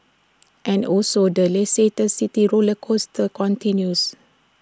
and also the Leicester city roller coaster continues